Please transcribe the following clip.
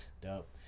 Dope